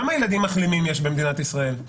כמה ילדים מחלימים יש במדינת ישראל?